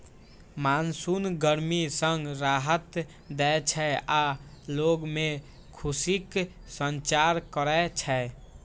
monsoon गर्मी सं राहत दै छै आ लोग मे खुशीक संचार करै छै